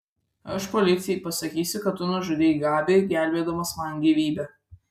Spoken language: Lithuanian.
aš policijai pasakysiu kad tu nužudei gabį gelbėdamas man gyvybę